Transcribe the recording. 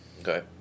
Okay